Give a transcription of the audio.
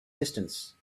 distance